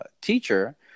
teacher